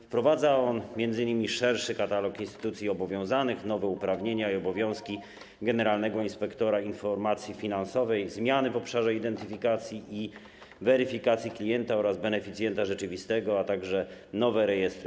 Wprowadza on m.in. szerszy katalog instytucji obowiązanych, nowe uprawnienia i obowiązki generalnego inspektora informacji finansowej, zmiany w obszarze identyfikacji i weryfikacji klienta oraz beneficjenta rzeczywistego, a także nowe rejestry.